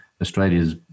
Australia's